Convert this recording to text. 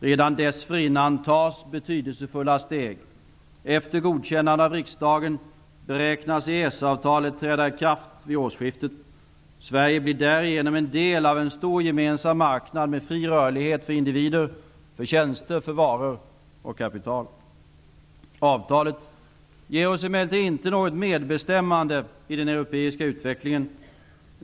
Redan dessförinnan tas betydelsefulla steg. Efter godkännande av riksdagen beräknas EES-avtalet träda i kraft vid årsskiftet. Sverige blir därigenom en del av en stor gemensam marknad med fri rörlighet för individer, tjänster, varor och kapital. EES-avtalet ger oss emellertid inte något medbestämmande i den europeiska utvecklingen.